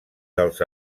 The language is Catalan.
dels